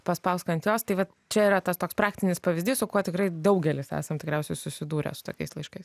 paspausk ant jos tai vat čia yra tas toks praktinis pavyzdys su kuo tikrai daugelis esam tikriausiai susidūrę su tokiais laiškais